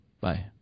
Bye